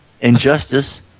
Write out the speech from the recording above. Injustice